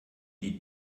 die